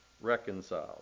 reconciled